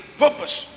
purpose